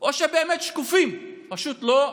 או שבאמת שקופים, פשוט לא רואים.